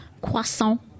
croissant